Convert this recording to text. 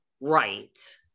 Right